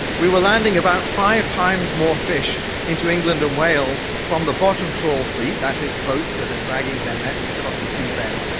we were landing about five times more fish into england and wales from the bottom trawl fleet, that is boats that are dragging their nets across the seabed,